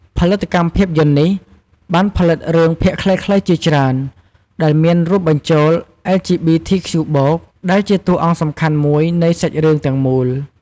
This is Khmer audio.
ផលិតកម្មភាពយន្តនេះ បានផលិតរឿងភាគខ្លីៗជាច្រើន ដែលមានរួមបញ្ចូល អិល ជី ប៊ី ធី ខ្ជូ បូក (LGBTQ+) ដែលជាតួអង្គសំខាន់មួយនៃសាច់រឿងទាំងមូល។